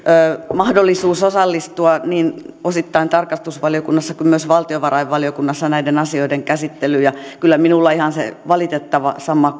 mahdollisuus osallistua niin osittain tarkastusvaliokunnassa kuin myös valtiovarainvaliokunnassa näiden asioiden käsittelyyn kyllä minulla ihan se valitettava sama